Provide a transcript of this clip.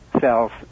cells